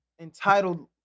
entitled